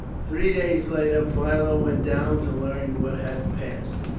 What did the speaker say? three days later philo went down to learn what had passed.